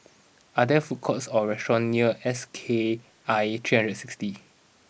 are there food courts or restaurants near S K I three hundred and sixty